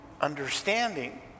understanding